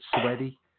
sweaty